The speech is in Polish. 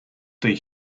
tej